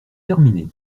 terminé